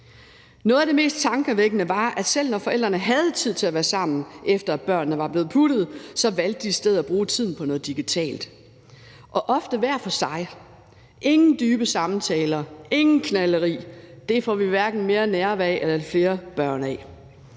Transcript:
Noget af det mest tankevækkende var, at selv når forældrene havde tid til at være sammen, efter at børnene var blevet puttet, valgte de i stedet at bruge tiden på noget digitalt og ofte hver for sig. Der var ingen dybe samtaler og ingen knalderi – det får vi hverken mere nærvær eller flere børn af.